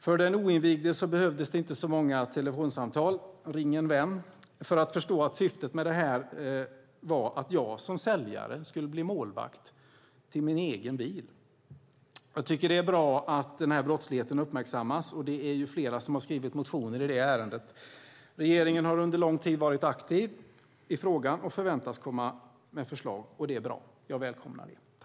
För den oinvigde behövdes det inte så många telefonsamtal - ring en vän - för att förstå att syftet var att jag som säljare skulle bli målvakt till min egen bil. Jag tycker att det är bra att den här brottsligheten uppmärksammas, och det är flera som har skrivit motioner i ärendet. Regeringen har under lång tid varit aktiv i frågan och förväntas komma med förslag, och det är bra. Jag välkomnar det.